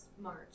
march